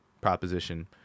proposition